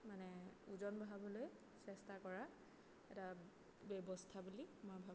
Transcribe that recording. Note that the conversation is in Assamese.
মানে ওজন বঢ়াবলৈ চেষ্টা কৰা এটা ব্যৱস্থা বুলি মই ভাবোঁ